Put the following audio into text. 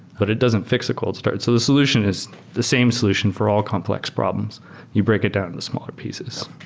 but it doesn't fix a cold start. so the solution is the same solution for all complex problems you break it down into smaller pieces